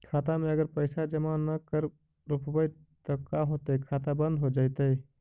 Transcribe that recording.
खाता मे अगर पैसा जमा न कर रोपबै त का होतै खाता बन्द हो जैतै?